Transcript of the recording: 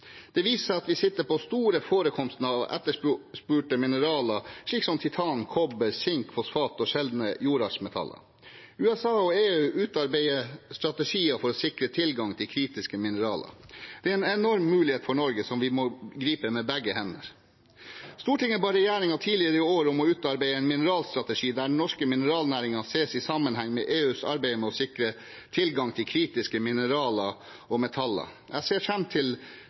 Det viser seg at vi sitter på store forekomster av etterspurte mineraler slik som titan, kobber, sink, fosfat og sjeldne jordartsmetaller. USA og EU utarbeider strategier for å sikre tilgang til kritiske mineraler. Det er en enorm mulighet for Norge som vi må gripe med begge hender. Stortinget ba regjeringen tidligere i år om å utarbeide en mineralstrategi, der den norske mineralnæringen ses i sammenheng med EUs arbeid med å sikre tilgang til kritiske mineraler og metaller. Jeg ser fram til